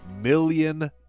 million